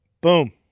Boom